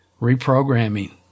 reprogramming